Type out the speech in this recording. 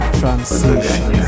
transition